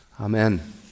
Amen